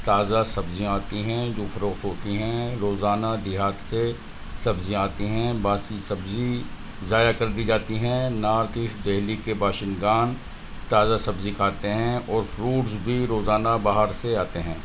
تازہ سبزیاں آتی ہیں جو فروخت ہوتی ہیں روزانہ دیہات سے سبزیاں آتی ہیں باسی سبزی ضائع کر دی جاتی ہیں نارتھ ایسٹ دہلی کے باشندگان تازہ سبزی کھاتے ہیں اور فروٹس بھی روزانہ باہر سے آتے ہیں